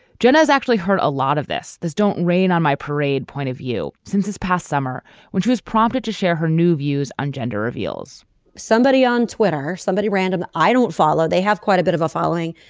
jonas actually hurt a lot of this. there's don't rain on my parade point of view since this past summer when was prompted to share her new views on gender reveals somebody on twitter somebody random i don't follow they have quite a bit of a following.